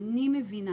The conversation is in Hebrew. אני מבינה,